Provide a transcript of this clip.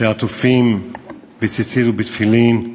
עטופים בציצית ובתפילין,